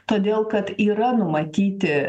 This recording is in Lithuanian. todėl kad yra numatyti